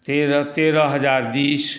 तेरह हजार बीस